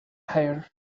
higher